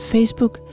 Facebook